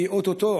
כי או-טו-טו,